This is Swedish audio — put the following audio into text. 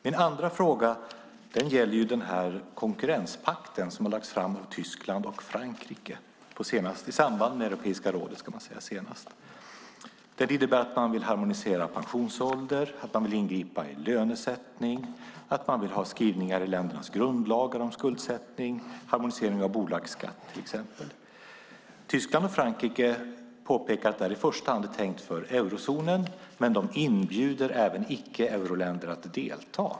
Min andra fråga gäller den konkurrenspakt som har lagts fram av Tyskland och Frankrike, senast i samband med Europeiska rådet. Den innebär att man vill harmonisera pensionsålder, att man vill ingripa i lönesättning och att man vill ha skrivningar i ländernas grundlagar om skuldsättning, till exempel om harmonisering av bolagsskatt. Tyskland och Frankrike har påpekat att detta i första hand är tänkt för eurozonen, men de inbjuder även icke-euroländer att delta.